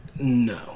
No